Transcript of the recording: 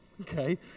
Okay